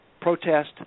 protest